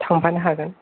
थांफानो हागोन